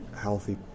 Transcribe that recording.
healthy